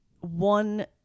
one